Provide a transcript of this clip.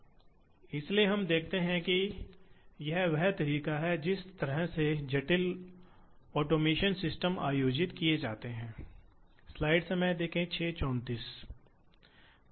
तो जिसका अर्थ है इसलिए यह दर्शाता है कि जिस प्रकार से किसी भी धातु काटने की मशीन को उपकरण के लिए गति की आवश्यकता होगी और उसे काम के लिए गति की आवश्यकता होगी